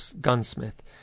gunsmith